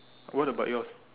what about yours